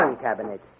cabinet